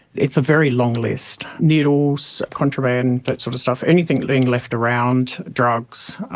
it's a very long list, needles, contraband, that sort of stuff, anything being left around, drugs,